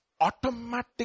automatic